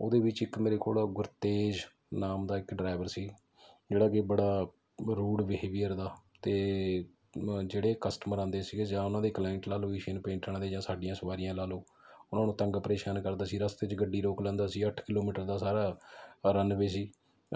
ਉਸਦੇ ਵਿੱਚ ਇੱਕ ਮੇਰੇ ਕੋਲ ਗੁਰਤੇਜ਼ ਨਾਮ ਦਾ ਇੱਕ ਡਰਾਈਵਰ ਸੀ ਜਿਹੜਾ ਕੀ ਬੜਾ ਰੂਡ ਬੀਹੇਵੀਅਰ ਦਾ ਅਤੇ ਜਿਹੜੇ ਕਸਟਮਰ ਆਉਂਦੇ ਸੀ ਜਾਂ ਉਨ੍ਹਾਂ ਦੇ ਕਲਾਈਂਟ ਲਾ ਲਓ ਏਸ਼ੀਅਨ ਪੇਂਟ ਵਾਲਿਆ ਦੇ ਜਾਂ ਸਾਡੀਆਂ ਸਵਾਰੀਆਂ ਲਾ ਲਓ ਉਨ੍ਹਾਂ ਨੂੰ ਤੰਗ ਪ੍ਰੇਸ਼ਾਨ ਕਰਦਾ ਸੀ ਰਸਤੇ 'ਚ ਗੱਡੀ ਰੋਕ ਲੈਂਦਾ ਸੀ ਅੱਠ ਕਿਲੋ ਮੀਟਰ ਦਾ ਸਾਰਾ ਰੰਨਵੇ ਸੀ